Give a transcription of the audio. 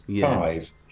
five